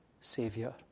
Savior